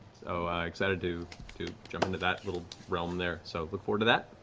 so excited to to jump into that little realm there, so look forward to that.